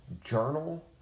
journal